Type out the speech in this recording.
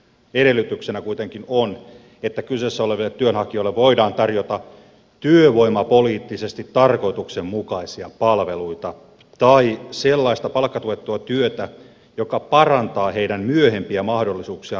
edellytyksenä kuitenkin on että kyseessä oleville työnhakijoille voidaan tarjota työvoimapoliittisesti tarkoituksenmukaisia palveluita tai sellaista palkkatuettua työtä joka parantaa heidän myöhempiä mahdollisuuksiaan työllistyä